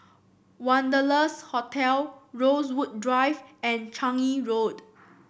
Wanderlust Hotel Rosewood Drive and Changi Road